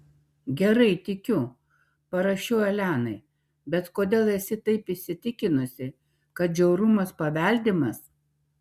gerai tikiu parašiau elenai bet kodėl esi taip įsitikinusi kad žiaurumas paveldimas